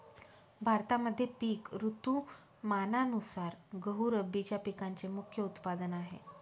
भारतामध्ये पिक ऋतुमानानुसार गहू रब्बीच्या पिकांचे मुख्य उत्पादन आहे